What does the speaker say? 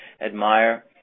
admire